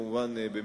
כמובן,